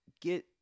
get –